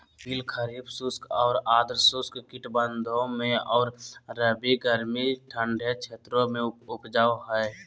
तिल खरीफ शुष्क और अर्ध शुष्क कटिबंधों में और रबी गर्मी ठंडे क्षेत्रों में उपजै हइ